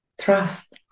trust